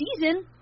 season